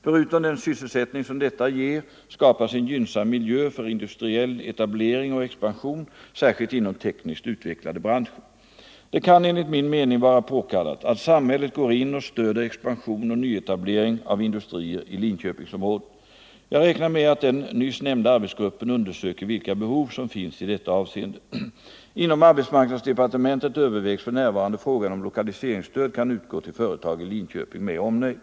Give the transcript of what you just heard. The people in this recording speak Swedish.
Förutom den sysselsättning som detta ger skapas en gynnsam miljö för industriell etablering och expansion, särskilt inom tekniskt utvecklade branscher. Det kan enligt min mening vara påkallat att samhället går in och stöder expansion och nyetablering av industrier i Linköpingsområdet. Jag räknar med att den nyss nämnda arbetsgruppen undersöker vilka behov som finns i detta avseende. Inom arbetsmarknadsdepartementet övervägs för närvarande frågan om lokaliseringsstöd kan utgå till företag i Linköping med omnejd.